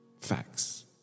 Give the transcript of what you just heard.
Facts